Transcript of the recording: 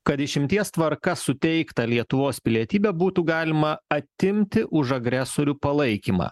kad išimties tvarka suteiktą lietuvos pilietybę būtų galima atimti už agresorių palaikymą